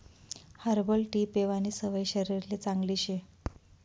herbal tea पेवानी सवय शरीरले चांगली शे